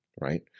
right